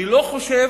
אני לא חושב